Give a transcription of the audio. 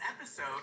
episode